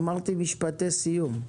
אמרתי משפטי סיום.